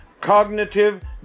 cognitive